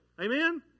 Amen